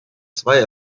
zwei